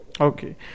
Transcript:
Okay